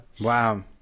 Wow